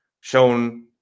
shown